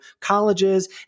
colleges